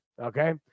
Okay